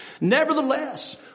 Nevertheless